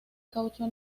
caucho